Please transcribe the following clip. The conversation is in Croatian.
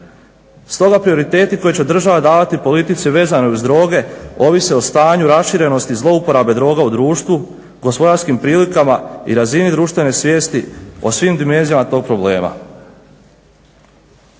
Stoga prioriteti koje će država davati politici vezano uz droge ovise o stanju raširenosti zlouporabe droga u društvu, gospodarskim prilikama i razini društvene svijesti o svim dimenzijama tog problema.